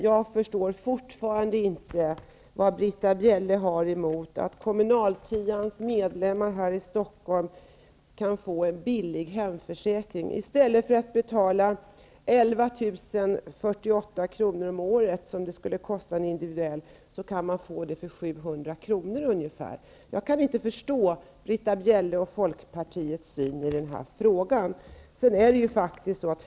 Jag förstår fortfarande inte vad Britta Bjelle har emot att Kommunaltians medlemmar här i Stockholm kan få en billig hemförsäkring. I stället för att betala 11 048 kr. om året som det skulle kosta individuellt, kan man få den för ca 700 kr. Jag kan inte förstå Britta Bjelles och Folkpartiets syn i den här frågan.